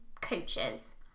coaches